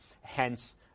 Hence